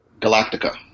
Galactica